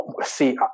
see